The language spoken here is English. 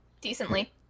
decently